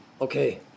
okay